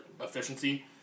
efficiency